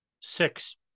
Six